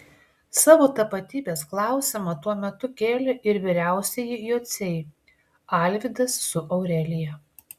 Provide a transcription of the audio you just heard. savo tapatybės klausimą tuo metu kėlė ir vyriausieji jociai alvydas su aurelija